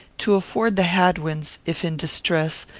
to afford the hadwins, if in distress,